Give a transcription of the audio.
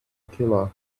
killer